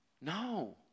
No